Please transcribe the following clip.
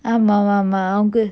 ஆமா வாமா:aama vama uncle